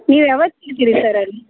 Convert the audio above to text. ನೀವು ಯಾವತ್ತು ಇರ್ತೀರಿ ಸರ್ ಅಲ್ಲಿ